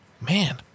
Man